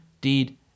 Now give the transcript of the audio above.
deed